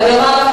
ואני אומר לך,